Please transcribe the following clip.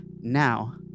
now